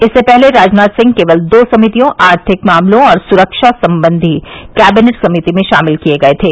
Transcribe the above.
इससे पहले राजनाथ सिंह केवल दो समितियों आर्थिक मामलों और सुरक्षा संबंधी कैबिनेट समिति में शामिल किये गये थें